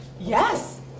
Yes